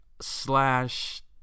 slash